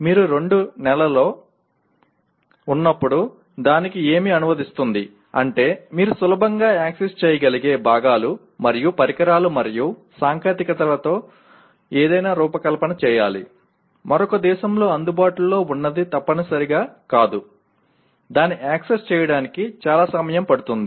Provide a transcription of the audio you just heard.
మీరు రెండు నెలల్లో ఉన్నప్పుడు దానికి ఏమి అనువదిస్తుంది అంటే మీరు సులభంగా యాక్సెస్ చేయగలిగే భాగాలు మరియు పరికరాలు మరియు సాంకేతికతలతో ఏదైనా రూపకల్పన చేయాలి మరొక దేశంలో అందుబాటులో ఉన్నది తప్పనిసరిగా కాదు దాన్ని యాక్సెస్ చేయడానికి చాలా సమయం పడుతుంది